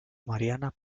mariana